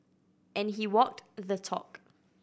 and he walked the talk